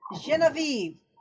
Genevieve